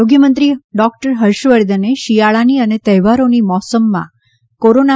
આરોગ્યમંત્રી ડોક્ટર હર્ષવર્ધને શિયાળાની અને તહેવારોની મોસમમાં કોરોના